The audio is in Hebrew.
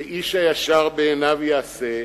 ואיש הישר בעיניו יעשה,